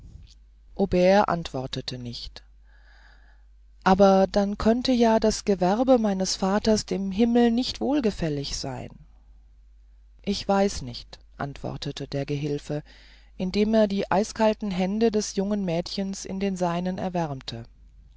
aubert antwortete nicht aber dann könnte ja das gewerbe meines vaters dem himmel nicht wohlgefällig sein ich weiß nicht antwortete der gehilfe indem er die eisigkalten hände des jungen mädchens in den seinen erwärmte